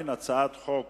הצעת חוק